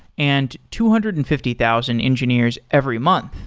and two hundred and fifty thousand engineers every month.